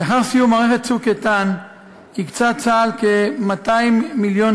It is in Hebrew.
לאחר סיום מערכת "צוק איתן" הקצה צה"ל כ-200 מיליון